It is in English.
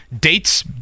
dates